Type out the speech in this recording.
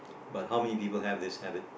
but how many people have this habit